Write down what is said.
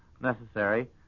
necessary